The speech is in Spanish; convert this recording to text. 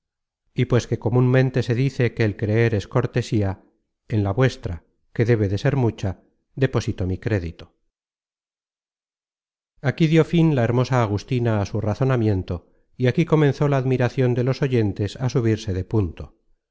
y pues que comunmente se dice que el creer es cortesía en la vuestra que debe de ser mucha deposito mi crédito content from google book search generated at content from google book search generated at aquí dió fin la hermosa agustina á su razonamiento y aquí comenzó la admiracion de los oyentes á subirse de punto